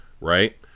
right